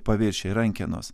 paviršiai rankenos